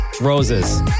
Roses